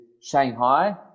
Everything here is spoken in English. Shanghai